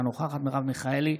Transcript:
אינה נוכחת מרב מיכאלי,